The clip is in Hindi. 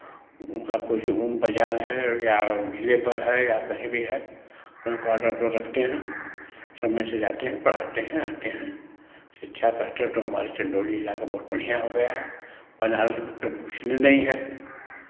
उनका कुछ ऊन बाज़ार है या जिले पर है या कहीं भी है अपना क्वार्टर ओटर रखते हैं समय से जाते हैं पढ़ाते हैं आते हैं शिक्षा का स्तर तो हमारे चंदौली जिला का तो बहुत बढ़ियाँ हो गया है बनारस तो पूछने नहीं है